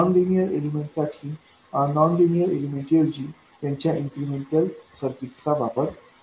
non linear element साठी non linear element ऐवजी त्याच्या इन्क्रिमेंटल इक्विवैलन्ट सर्किट चा वापर करा